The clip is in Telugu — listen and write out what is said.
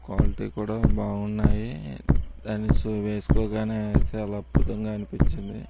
క్వాలిటీ కూడా బాగున్నాయి దాని వేసుకోగా అది చాలా అద్భుతంగా అనిపించింది